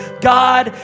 God